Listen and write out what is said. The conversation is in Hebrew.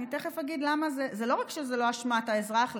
אני תכף אגיד למה לא רק שזה לא אשמת האזרח,